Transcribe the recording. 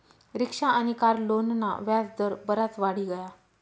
rickshaw आनी car लोनना व्याज दर बराज वाढी गया